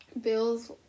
Bills